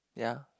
ya